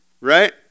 right